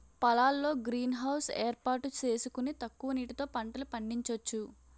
పొలాల్లో greenhouse ఏర్పాటు సేసుకొని తక్కువ నీటితో పంటలు పండించొచ్చు